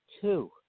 two